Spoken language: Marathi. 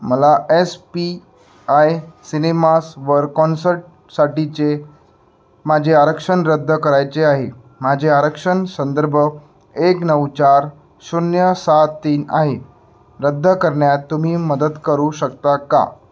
मला एस पी आय सिनेमासवर कॉन्सर्टसाठीचे माझे आरक्षण रद्द करायचे आहे माझे आरक्षण संदर्भ एक नऊ चार शून्य सात तीन आहे रद्द करण्यात तुम्ही मदत करू शकता का